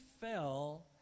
fell